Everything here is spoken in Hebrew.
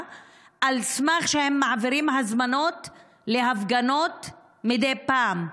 על סמך זה שהם מעבירים הזמנות להפגנות מדי פעם,